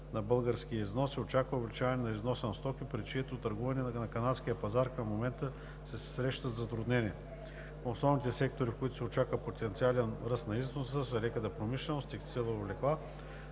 на българския износ се очаква увеличаване на износа на стоки, при чието търгуване на канадския пазар към момента се срещат затруднения. Основните сектори, в които се очаква потенциален ръст на износа, са леката промишленост (текстил и облекла),